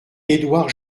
edouard